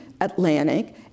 Atlantic